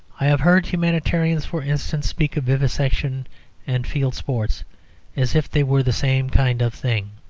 i have heard humanitarians, for instance, speak of vivisection and field sports as if they were the same kind of thing.